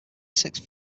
sixth